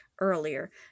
earlier